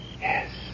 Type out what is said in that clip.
Yes